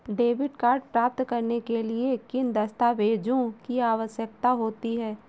Debit card प्राप्त करने के लिए किन दस्तावेज़ों की आवश्यकता होती है?